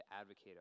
advocate